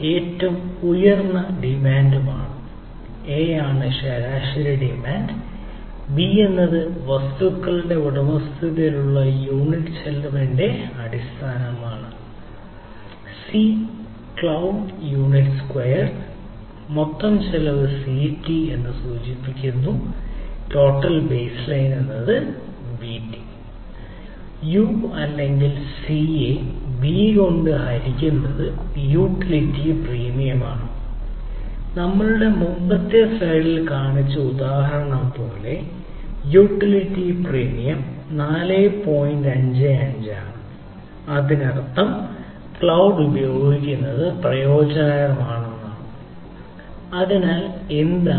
U അല്ലെങ്കിൽ C യെ B കൊണ്ട് ഹരിക്കുന്നത് യൂട്ടിലിറ്റി പ്രീമിയമാണ്